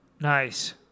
Nice